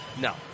No